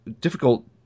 difficult